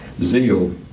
zeal